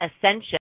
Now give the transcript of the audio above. ascension